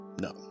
No